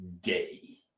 day